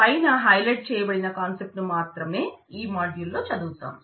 పైన హైలైట్ చేయబడిన కాన్సెప్ట్ ను మాత్రమే ఈ మాడ్యూల్లో చదువుతాం